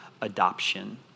adoption